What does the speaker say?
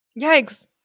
Yikes